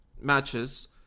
matches